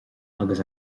agus